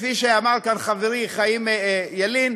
כפי שאמר כאן חברי חיים ילין,